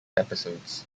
episodes